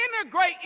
integrate